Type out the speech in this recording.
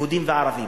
יהודים וערבים.